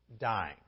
dying